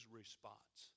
response